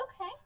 Okay